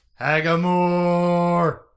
Hagamore